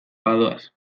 badoaz